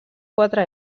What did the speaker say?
quatre